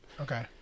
okay